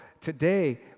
today